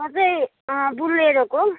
म चाहिँ बोलेरोको